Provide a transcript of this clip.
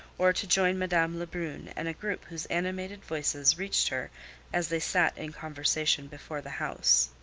or to join madame lebrun and a group whose animated voices reached her as they sat in conversation before the house.